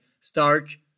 starch